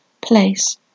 place